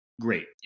Great